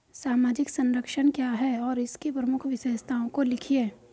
सामाजिक संरक्षण क्या है और इसकी प्रमुख विशेषताओं को लिखिए?